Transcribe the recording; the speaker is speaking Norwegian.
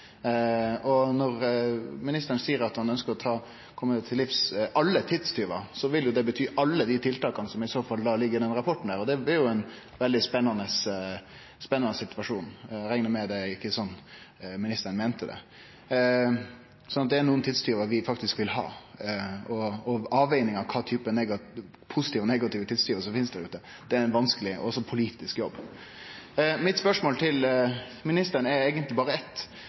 Når ministeren seier at han ønskjer å komme til livs alle tidstjuvane, vil det i så fall bety alle dei tiltaka som ligg i denne rapporten, og det blir jo ein veldig spennande situasjon. Eg reknar med det ikkje er slik ministeren meinte det. Det er nokre tidstjuvar vi faktisk vil ha, og veging av kva typar positive og negative tidstjuvar som finst der ute, er ein vanskeleg jobb, også politisk. Eg har eigentleg berre eitt spørsmål til ministeren: Kan ministeren seie eitt